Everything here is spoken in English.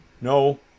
No